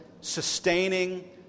sustaining